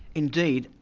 indeed.